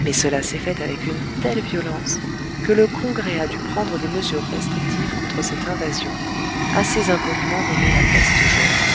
mais cela s'est fait avec une telle violence que le congrès a dû prendre des mesures restrictives contre cette invasion assez impoliment nommée la peste jaune